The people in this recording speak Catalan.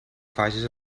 faces